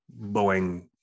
Boeing